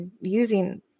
using